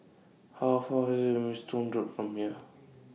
How Far IS Maidstone Road from here